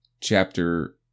chapter